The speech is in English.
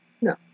No